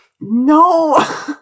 No